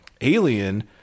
Alien